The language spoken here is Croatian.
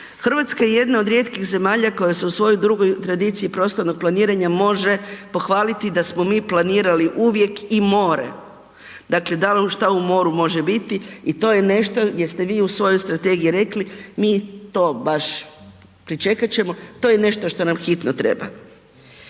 Hrvatska je jedna od rijetkih zemalja koja se u svojoj dugoj tradiciji prostornog planiranja može pohvaliti da smo mi planirali uvijek i more. Dakle, da li šta u moru može biti i to je nešto gdje ste vi u svojoj strategiji rekli, mi to baš pričekat ćemo, to je nešto što nam hitno treba.